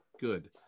good